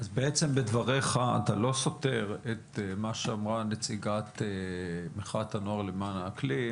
אז בעצם בדבריך אתה לא סותר את מה שאמרה נציגת מחאת הנוער למען האקלים,